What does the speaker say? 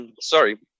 sorry